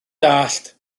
dallt